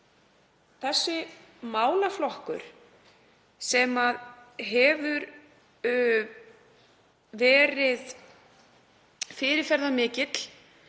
þessum málaflokki sem hefur verið fyrirferðarmikill